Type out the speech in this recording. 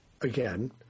again